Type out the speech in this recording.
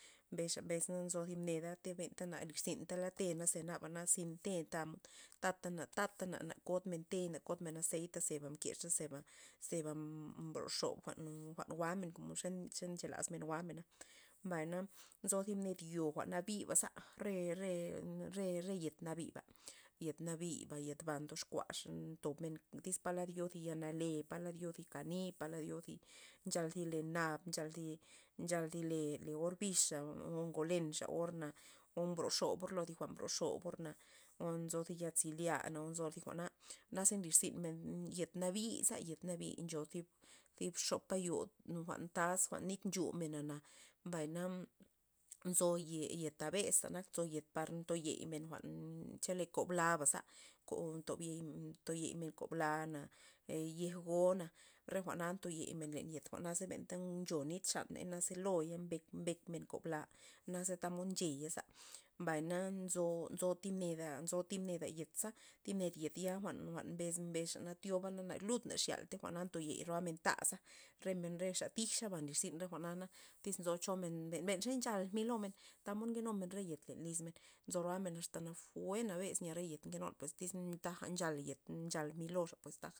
Mbes xa mbes na nzo thib neda te' benta na nly rzyltala te za naba na zyn te' tamod ta'ta na ta'ta nakod men te'y na kodmen azeita zeba mkexa zeba mbroxob jwa'n- jwa'n jwa'men xe komo nche laz men jwa'men, mbay na nzo thib ned yo jwa'n nabiba za re- re- re yet nabi yet nabi yet ba' ndox kuaxa ntob men tyz palad yo thi yal nale pa yo yo thi kani palad yo nchal thi le nab nchal chal thi le- le or bixa o ngo lenxa or o broxobor lo thi jwa'n mbroxo borna o nzo thi yal ze lyana o nzo thi jwa'na, na ze nlir zyn men yet nabiza le yet nabi ncho ncho thib xop eyo jwa'n taz jwa'n nchu men nchumena, mbay na nzo ye tazbela nzo yet par nto yey men jwa'n chole kob laba za o kob tob yey men kob la' e yej go'na, re jwa'na nto yey men len yet jwa'naza benta nxo nit xaney na ze loy mbekmen kon la' naze tamod nxeyaza, mbay na nzo- nzo thib neda thi neda yetza thi ned yet ya yet za' jwa'n- jwa'n mbes xa na thioban na lud na xeal tey jwa'na ntoyey men ta'za re men re xa tij nlirzin re jwa'na tyz nzo cho men ben xe nchal mi' lo men tamod nke numen re yet le lyzmen nzo roaxa asta nawue nabes nya re yet nkenu pues taja nchal yet nchal mi' loxa pues.